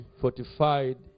fortified